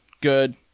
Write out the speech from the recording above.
good